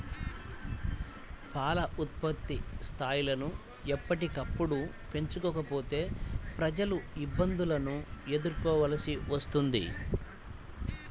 పాల ఉత్పత్తి స్థాయిలను ఎప్పటికప్పుడు పెంచుకోకపోతే ప్రజలు ఇబ్బందులను ఎదుర్కోవలసి వస్తుంది